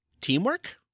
teamwork